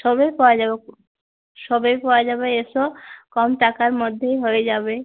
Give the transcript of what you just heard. সবই পাওয়া যাবে কো সবই পাওয়া যাবে এসো কম টাকার মধ্যেই হয়ে যাবে